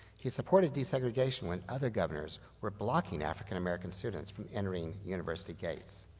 he supported desegregation when other governors were blocking african-american students from entering university gates.